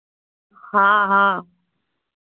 हाँ हाँ